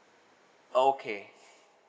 okay